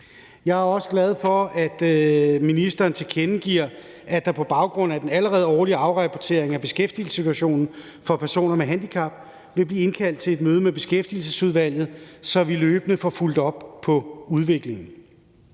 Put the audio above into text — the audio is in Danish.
Jeg er også glad for, at ministeren tilkendegiver, at der på baggrund af den allerede årlige afrapportering af beskæftigelsessituationen for personer med handicap vil blive indkaldt til et møde med Beskæftigelsesudvalget, så vi løbende får fulgt op på udviklingen.